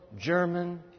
German